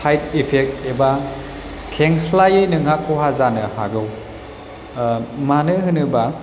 side effect एबा खेंस्लायै नोंहा खहा जानो हागौ मानो होनोबा